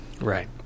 Right